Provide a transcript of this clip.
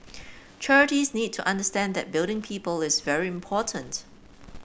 charities need to understand that building people is very important